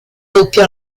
doppio